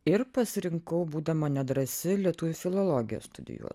ir pasirinkau būdama nedrąsi lietuvių filologiją studijuot